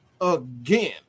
again